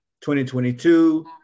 2022